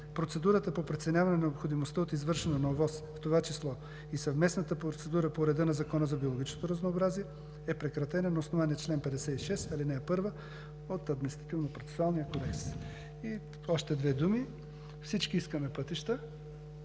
процедурата по преценяване на необходимостта от извършване на ОВОС, в това число и съвместната процедура по реда на Закона за биологичното разнообразие, е прекратена на основание чл. 56, ал. 1 от Административнопроцесуалния кодекс. И още две думи – всички искаме пътища,